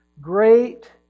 Great